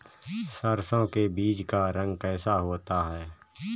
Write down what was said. सरसों के बीज का रंग कैसा होता है?